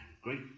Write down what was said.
great